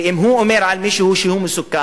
ואם הוא אומר על מישהו שהוא מסוכן,